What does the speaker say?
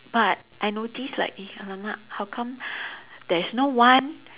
but I noticed like eh !alamak! how come there's no one